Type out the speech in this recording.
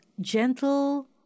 gentle